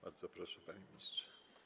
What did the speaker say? Bardzo proszę, panie ministrze.